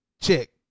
Check